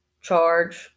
charge